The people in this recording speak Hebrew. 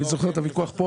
אני זוכר את הוויכוח.